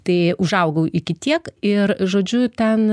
tai užaugau iki tiek ir žodžiu ten